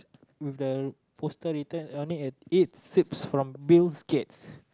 with the poster written on it it sips from Bills-Gates